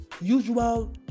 usual